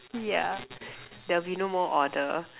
yeah there'll be no more order